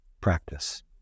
practice